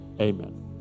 amen